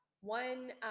one